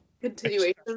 Continuation